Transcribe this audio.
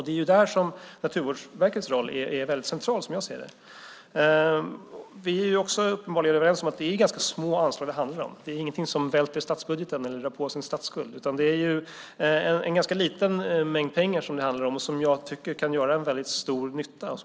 Det är där som Naturvårdsverkets roll är central. Vi är uppenbarligen överens om att det är små anslag det handlar om. Det är ingenting som välter statsbudgeten eller drar på oss en statsskuld. Det handlar om en ganska liten mängd pengar som jag tycker kan göra stor nytta.